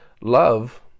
love